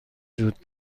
وجود